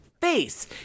face